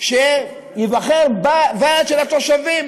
שייבחר ועד של התושבים